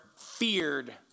Feared